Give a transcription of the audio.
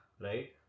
Right